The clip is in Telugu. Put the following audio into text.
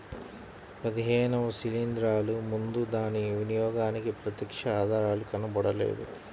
పదిహేనవ శిలీంద్రాలు ముందు దాని వినియోగానికి ప్రత్యక్ష ఆధారాలు కనుగొనబడలేదు